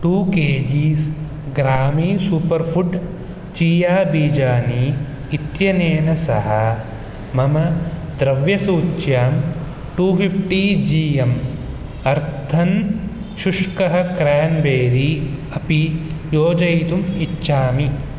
two k g's ग्रामी super food chia बीजानि इत्यनेन सह मम द्रव्यसूच्यां टु फिप्टि जी म् अर्थन् शुष्कः क्रान्बेरी अपि योजयितुम् इच्छामि